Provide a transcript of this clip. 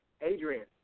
Adrian